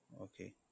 Okay